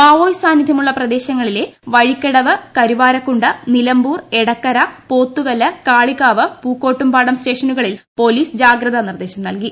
Maoist സാന്നിധ്യമുള്ള പ്രദേശങ്ങളിലെ വഴിക്കടവ് കരുവാരക്കുണ്ട് നിലമ്പൂർ എടക്കര പോത്തുകല്ല് കാളികാവ് പൂക്കോട്ടുംപാടം സ്റ്റേഷനുകളിൽ പൊലീസ് ജാഗ്രതാ നിർദേശം നൽകി